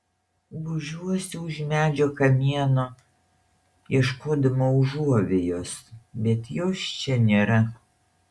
gūžiuosi už medžio kamieno ieškodama užuovėjos bet jos čia nėra